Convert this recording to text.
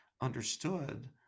understood